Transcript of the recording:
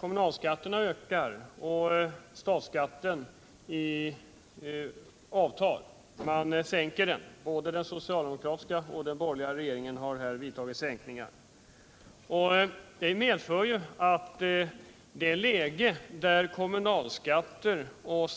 Kommunalskatterna ökar och statsskatten avtar. Man sänker den. Både den socialdemokratiska och den borgerliga regeringen har föreslagit sänkningar. Det medför att det läge där inkomsttagarnas kommunalskatt och